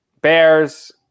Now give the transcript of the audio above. bears